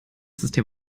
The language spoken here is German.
system